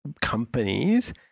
companies